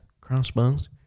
crossbows